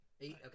eight